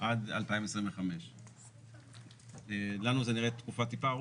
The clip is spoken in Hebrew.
עד 2025. לנו זה נראה תקופה טיפה ארוכה.